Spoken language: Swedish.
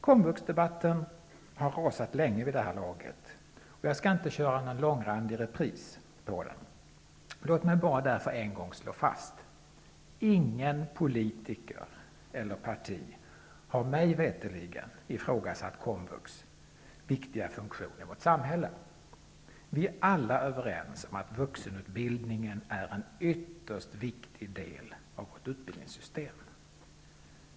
Komvuxdebatten har rasat länge vid det här laget, och jag skall inte köra någon långrandig repris på den. Låt mig därför bara än en gång slå fast följande: Ingen politiker och inget parti har mig veterligen ifrågasatt komvux viktiga funktion i vårt samhälle. Vi är alla överens om att vuxenutbildningen är en ytterst viktig del av vårt utbildningssystem.